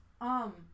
Um-